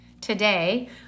Today